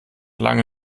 lange